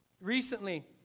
Recently